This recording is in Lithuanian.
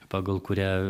pagal kurią